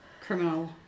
criminal